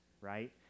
right